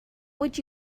would